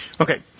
Okay